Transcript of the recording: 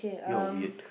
you're weird